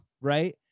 Right